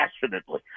passionately